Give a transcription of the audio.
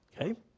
Okay